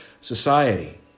society